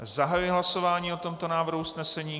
Zahajuji hlasování o tomto návrhu usnesení.